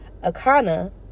Akana